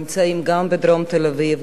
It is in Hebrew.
נמצאים גם בדרום תל-אביב,